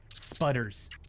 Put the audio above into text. sputters